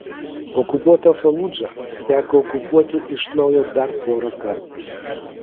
okupuotą faludžą teko okupuoti iš naujo dar porą kartų